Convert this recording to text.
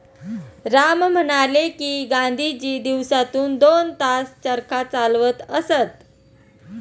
राम म्हणाले की, गांधीजी दिवसातून दोन तास चरखा चालवत असत